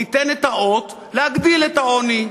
ניתן את האות להגדיל את העוני,